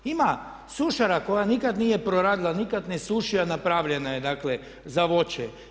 Ima sušara koja nikada nije proradila, nikada ne suši a napravljena je, dakle za voće.